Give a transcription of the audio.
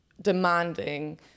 demanding